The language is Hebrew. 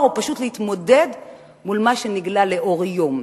או פשוט להתמודד עם מה שנגלה לאור יום?